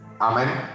amen